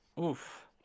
Oof